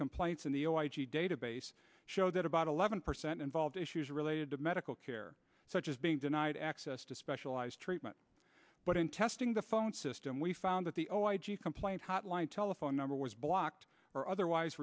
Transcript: complaints in the database show that about eleven percent involved issues related to medical care such as being denied access to specialized treatment but in testing the phone system we found that the complaint hotline telephone number was blocked or otherwise